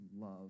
love